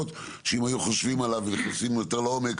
שאם היו חושבים עליו ונכנסים יותר לעומק,